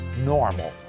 normal